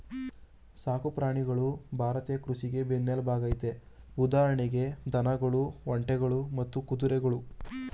ಸಾಕು ಪ್ರಾಣಿಗಳು ಭಾರತೀಯ ಕೃಷಿಗೆ ಬೆನ್ನೆಲ್ಬಾಗಯ್ತೆ ಉದಾಹರಣೆಗೆ ದನಗಳು ಒಂಟೆಗಳು ಮತ್ತೆ ಕುದುರೆಗಳು